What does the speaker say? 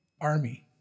army